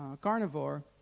carnivore